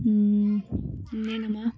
ಹ್ಞೂ ಇನ್ನೇನಮ್ಮ